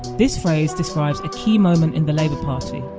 this phrase describes a key moment in the labour party,